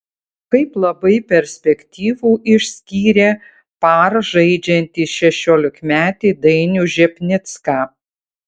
kaip labai perspektyvų išskyrė par žaidžiantį šešiolikmetį dainių žepnicką